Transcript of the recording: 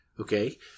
Okay